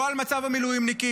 לא על מצב המילואימניקים,